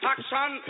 Action